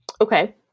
Okay